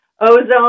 Ozone